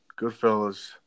Goodfellas